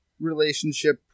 relationship